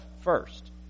first